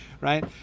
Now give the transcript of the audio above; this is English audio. right